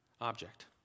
object